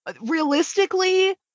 realistically